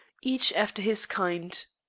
each after his kind.